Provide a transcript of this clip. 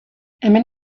hemen